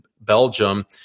Belgium